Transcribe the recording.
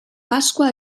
pasqua